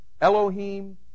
Elohim